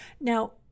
Now